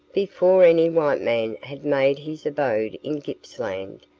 before any white man had made his abode in gippsland,